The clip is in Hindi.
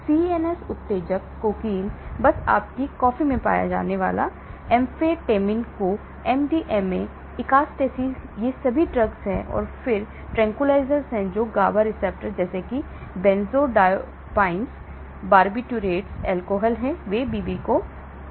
CNS उत्तेजक कोकीन बस आपकी कॉफी में पाया जाने वाला एम्फ़ैटेमिन और MDMA ecstasy ये सभी ड्रग्स हैं और फिर ट्रैंक्विलाइज़र हैं जो GABA receptors जैसा कि benzodiazepines barbiturates alcohol हैं वे BBB को पार करते हैं